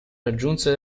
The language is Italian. raggiunse